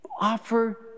Offer